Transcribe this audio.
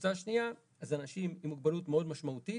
והקבוצה השנייה זה אנשים עם מוגבלות מאוד משמעותית.